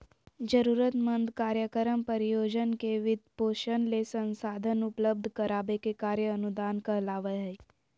जरूरतमंद कार्यक्रम, परियोजना के वित्तपोषण ले संसाधन उपलब्ध कराबे के कार्य अनुदान कहलावय हय